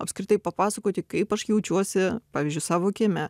apskritai papasakoti kaip aš jaučiuosi pavyzdžiui savo kieme